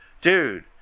dude